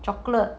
chocolate